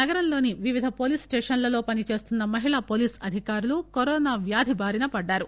నగరంలోని వివిధ పోలీస్ స్వేషన్లలో పనిచేస్తున్న మహిళా పోలీసు అధికారులు కరోనా వ్యాధి బారినపడ్డారు